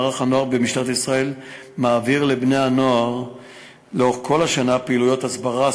מערך הנוער במשטרת ישראל מעביר לבני-הנוער לאורך כל השנה פעולות הסברה,